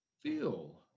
feel